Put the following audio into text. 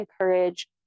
encourage